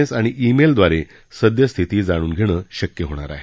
S आणि ई मेलद्वारे सद्यस्थिती जाणून घेणं शक्य होणार आहे